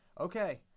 Okay